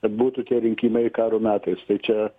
kad būtų tie rinkimai karo metais tai čia